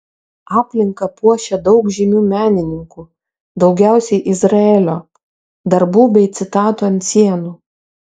aplinką puošia daug žymių menininkų daugiausiai izraelio darbų bei citatų ant sienų